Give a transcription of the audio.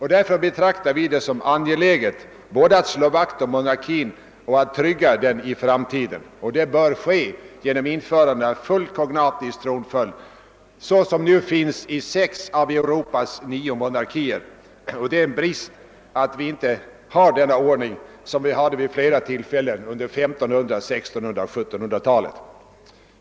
Därför betraktar vi det som angeläget både att slå vakt om monarkin och att trygga den för framtiden, och det bör ske genom införande av full kognatisk tronföljd, som nu finns i sex av Europas nio monarkier. Det är en brist att vi inte har denna ordning som vi dock hade vid flera tillfällen under 1500-, 1600 och 1700-talen.